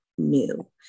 new